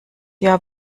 jahr